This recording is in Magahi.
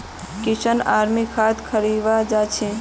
किशन आर मी खाद खरीवा जा छी